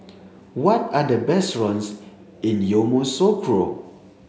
what are the best runs in Yamoussoukro